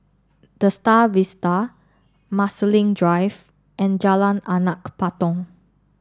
The Star Vista Marsiling Drive and Jalan Anak Patong